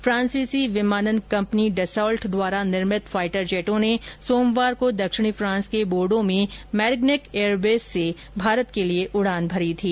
फ़ांसीसी विमानन कंपनी डसॉल्ट द्वारा निर्मित फाइटर जेटों ने सोमवार को दक्षिणी फांस के बोर्डो में मेरिग्नैक एयरबेस से भारत के लिए उड़ान भरी थी